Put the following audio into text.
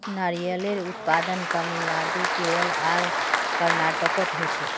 नारियलेर उत्पादन तामिलनाडू केरल आर कर्नाटकोत होछे